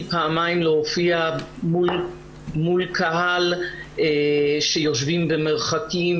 פעמיים להופיע מול קהל שיושבים במרחקים,